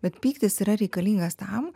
bet pyktis yra reikalingas tam